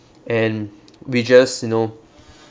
and we just you know